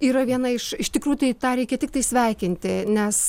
yra viena iš iš tikrųjų tai tą reikia tiktai sveikinti nes